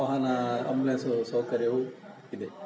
ವಾಹನ ಅಂಬ್ಲೆನ್ಸು ಸೌಕರ್ಯವೂ ಇದೆ